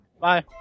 Bye